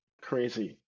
Crazy